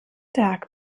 tag